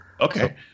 Okay